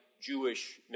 Jewish